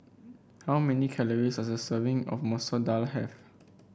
how many calories does a serving of Masoor Dal have